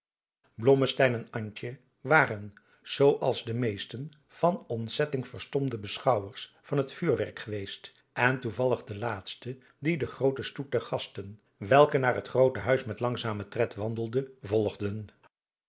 en antje waren zoo als de meeste van ontzetting verstomde beschouwers van het vuurwerk geweest en toevallig de laatste die den grooten stoet der gasten welke naar het groote huis met langzamen tred wandelde volgden